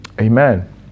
Amen